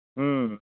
ᱦᱩᱸ